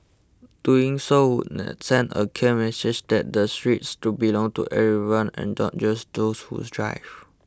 doing so would send a clear message that the streets to belong to everyone and not just those who's drive